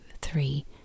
three